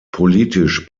politisch